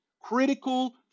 Critical